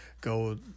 go